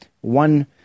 One